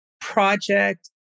project